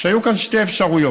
היו כאן שתי אפשרויות